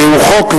הוא חוק,